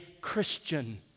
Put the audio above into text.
Christian